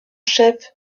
chef